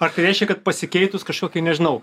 ar tai reiškia kad pasikeitus kažkokiai nežinau